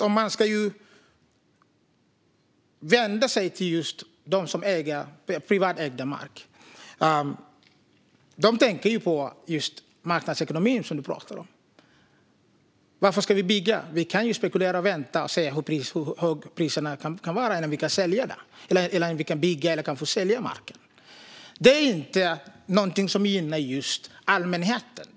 Om man vänder sig till dem som har privatägd mark tänker de på marknadsekonomi, som du pratade om, Lars Beckman. De säger: Varför ska vi bygga? Vi kan ju spekulera och vänta och se hur höga priserna kan bli, och då kan vi bygga eller sälja marken. Detta är inte något som gynnar allmänheten.